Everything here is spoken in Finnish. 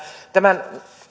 tämän